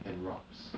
and rabs